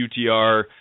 UTR